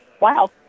Wow